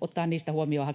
ottaa ne huomioon,